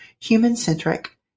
human-centric